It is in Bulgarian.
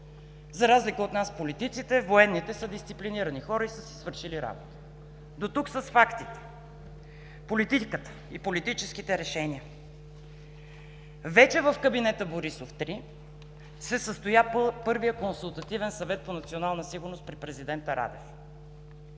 За разлика от нас политиците, военните са дисциплинирани хора и са си свършили работата. Дотук с фактите. Политиката и политическите решения. Вече в кабинета Борисов 3 се състоя първия Консултативен съвет по национална сигурност при президента Радев.